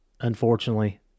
Unfortunately